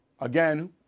again